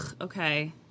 Okay